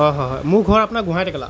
হয় হয় হয় মোৰ ঘৰ আপোনাৰ গোহাঁই টেকেলা